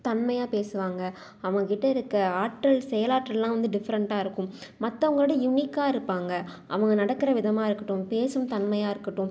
தன்மையாக பேசுவாங்க அவங்கக்கிட்ட இருக்க ஆற்றல் செயலாற்றல்லாம் வந்து டிஃப்ரெண்ட்டாக இருக்கும் மற்றவங்கள விட யுனிக்காக இருப்பாங்க அவங்க நடக்கிற விதமாக இருக்கட்டும் பேசும் தன்மையாக இருக்கட்டும்